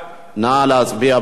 נא להצביע.